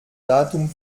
datum